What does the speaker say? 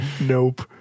nope